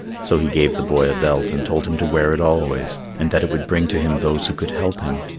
so he gave the boy a belt and told him to wear it always, and that it would bring to him those who could help him.